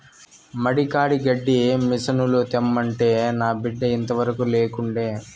మడి కాడి గడ్డి మిసనుల తెమ్మంటే నా బిడ్డ ఇంతవరకూ లేకుండే